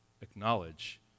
acknowledge